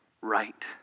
right